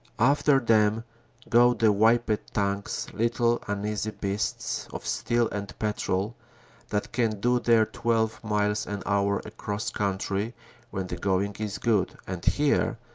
after them go the whippet tanks-little uneasy beasts of steel and petrol that can do their twelve miles an hour across country when the going is good, and here,